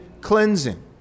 cleansing